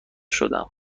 شدم